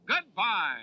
goodbye